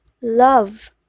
love